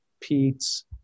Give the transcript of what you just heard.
Pete's